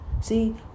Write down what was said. See